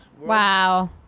Wow